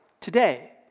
Today